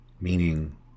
Meaning